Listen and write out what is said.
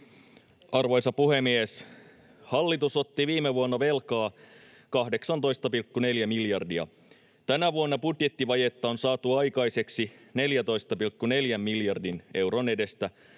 Arvoisa puhemies! Hallitus otti viime vuonna velkaa 18,4 miljardia. Tänä vuonna budjettivajetta on saatu aikaiseksi 14,4 miljardin euron edestä,